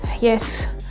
Yes